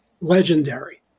legendary